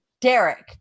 Derek